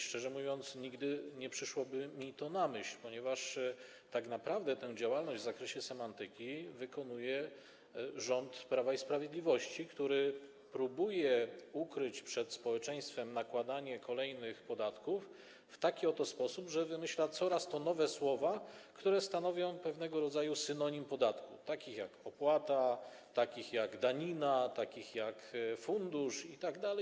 Szczerze mówiąc, nigdy nie przyszłoby mi to na myśl, ponieważ tak naprawdę tę działalność w zakresie semantyki wykonuje rząd Prawa i Sprawiedliwości, który próbuje ukryć przed społeczeństwem nakładanie kolejnych podatków w taki oto sposób, że wymyśla coraz to nowe słowa, pewnego rodzaju synonimy podatku, takie jak opłata, danina, fundusz itd.